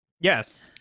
Yes